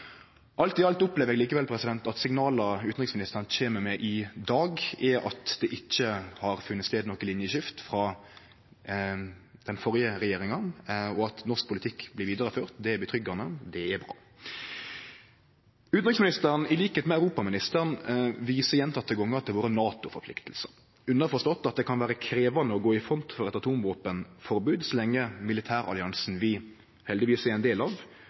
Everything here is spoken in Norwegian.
Alt i alt opplever eg likevel at signala utanriksministeren kjem med i dag, er at det ikkje har funne stad noko linjeskifte frå den førre regjeringa, og at norsk politikk blir vidareført. Det er betryggande, det er bra. Utanriksministeren, til liks med europaministeren, viser gjentekne gonger til våre NATO-forpliktingar, underforstått at det kan vere krevjande å gå i front for eit atomvåpenforbod så lenge militæralliansen vi heldigvis er ein del av,